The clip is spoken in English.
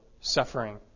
suffering